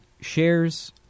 shares